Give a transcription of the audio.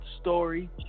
story